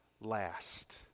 last